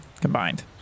combined